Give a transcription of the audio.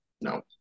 No